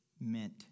meant